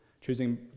choosing